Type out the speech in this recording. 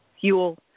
fuel